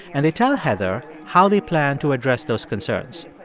and they tell heather how they plan to address those concerns.